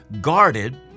guarded